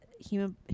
Human